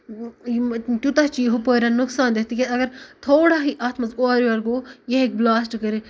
تیوٗتاہ چھُ یہِ ہُپٲرۍ نۄقصان دیٚہہ تِکیازِ اگر تھوڑا ہی اَتھ منٛز اورٕ یور گوٚو یہِ ہیٚکہِ بٕلاسٹ کٔرتھ